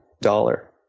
dollar